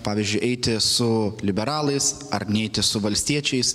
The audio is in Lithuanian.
pavyzdžiui eiti su liberalais ar neiti su valstiečiais